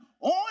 on